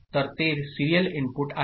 तर ते serial input आहे